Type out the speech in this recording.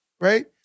right